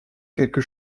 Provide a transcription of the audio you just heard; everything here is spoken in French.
quelque